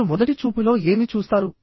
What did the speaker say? మీరు మొదటి చూపులో ఏమి చూస్తారు